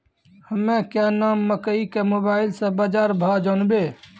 हमें क्या नाम मकई के मोबाइल से बाजार भाव जनवे?